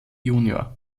jun